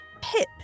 pip